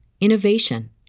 innovation